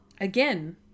again